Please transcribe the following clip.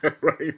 right